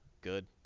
good